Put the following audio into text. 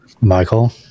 Michael